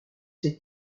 ses